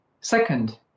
Second